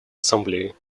ассамблеи